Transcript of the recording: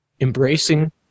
embracing